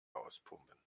auspumpen